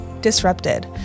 disrupted